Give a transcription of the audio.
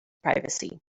privacy